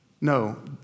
No